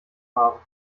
haben